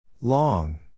Long